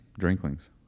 Drinklings